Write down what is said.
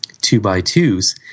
two-by-twos